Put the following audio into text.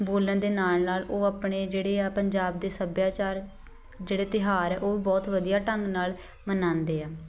ਬੋਲਣ ਦੇ ਨਾਲ ਨਾਲ ਉਹ ਆਪਣੇ ਜਿਹੜੇ ਆ ਪੰਜਾਬ ਦੇ ਸੱਭਿਆਚਾਰ ਜਿਹੜੇ ਤਿਉਹਾਰ ਉਹ ਬਹੁਤ ਵਧੀਆ ਢੰਗ ਨਾਲ ਮਨਾਉਂਦੇ ਹਾਂ